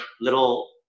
little